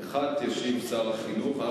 על אחת ישיב שר החינוך.